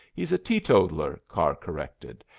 he's a teetotaler, carr corrected,